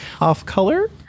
off-color